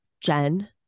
Jen